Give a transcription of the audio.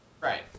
Right